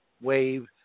wave